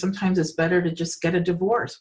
sometimes it's better to just get a divorce